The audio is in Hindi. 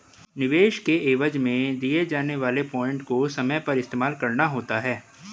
निवेश के एवज में दिए जाने वाले पॉइंट को समय पर इस्तेमाल करना होता है